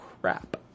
crap